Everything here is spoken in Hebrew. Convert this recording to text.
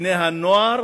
בפני הנוער